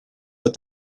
but